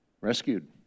rescued